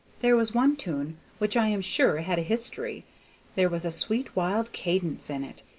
there was one tune which i am sure had a history there was a sweet wild cadence in it,